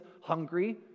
hungry